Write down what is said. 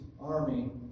army